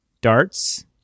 darts